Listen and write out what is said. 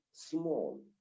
small